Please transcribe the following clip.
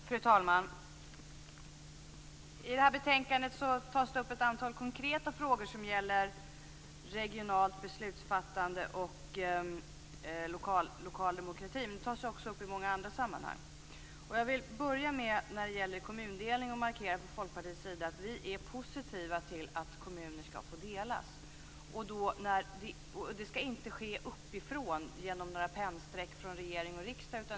Fru talman! I det här betänkandet tas det upp ett antal konkreta frågor som gäller regionalt beslutsfattande och lokal demokrati. Detta tas också upp i många andra sammanhang. Jag vill när det gäller kommundelning börja med att markera att vi från Folkpartiets sida är positiva till att kommuner skall få delas. Och det skall inte ske uppifrån genom några pennstreck från regering och riksdag.